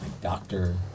doctor